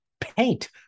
Paint